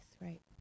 right